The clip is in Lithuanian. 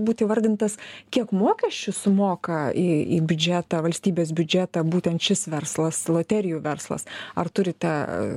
būti įvardintas kiek mokesčių sumoka į biudžetą valstybės biudžetą būtent šis verslas loterijų verslas ar turite